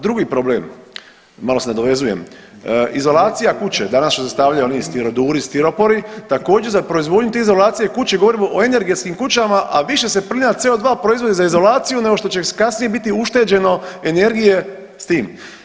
Drugi problem, malo se nadovezujem, izolacija kuće danas što se stavljaju oni stiroduri, stiropori također za proizvodnju te izolacije i kuće govorimo o energetskim kućama, a više se plina CO2 proizvodi za izolaciju nego što će kasnije biti ušteđeno energije s tim.